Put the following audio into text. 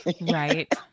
Right